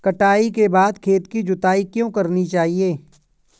कटाई के बाद खेत की जुताई क्यो करनी चाहिए?